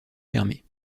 fermés